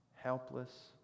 helpless